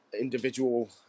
individual